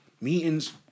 meetings